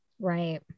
right